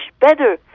better